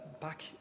back